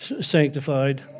sanctified